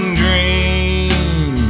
dream